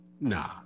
Nah